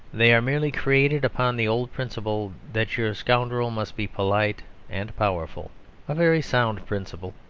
they are merely created upon the old principle, that your scoundrel must be polite and powerful a very sound principle.